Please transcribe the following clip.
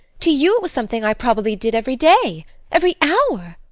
to you it was something i probably did every day every hour.